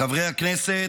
חברי הכנסת,